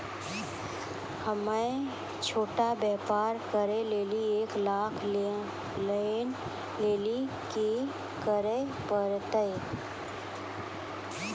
हम्मय छोटा व्यापार करे लेली एक लाख लोन लेली की करे परतै?